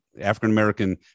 African-American